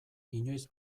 inoiz